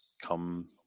come